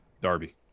Darby